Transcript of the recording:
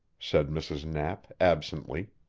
said mrs. knapp absently.